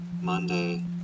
Monday